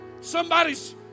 Somebody's